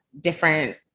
different